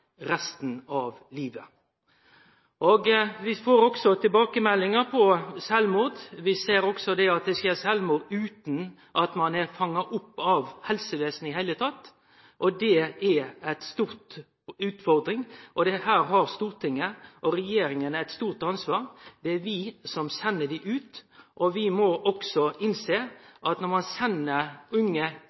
resten av livet. Vi får også tilbakemeldingar om sjølvmord. Vi ser at det skjer sjølvmord utan at ein er fanga opp av helsevesenet i det heile tatt, og det er ei stor utfordring. Her har Stortinget og regjeringa eit stort ansvar. Det er vi som sender dei ut, og vi må også innsjå at når ein sender unge